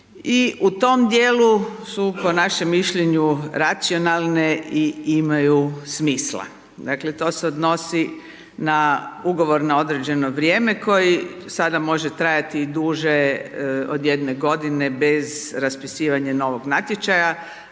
i u tom dijelu su po našem mišljenju racionalne i imaju smisla, dakle to se odnosi na ugovor na određeno vrijeme koji sada može trajati i duže od 1 godine bez raspisivanja novog natječaja